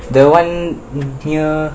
the one near